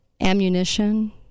ammunition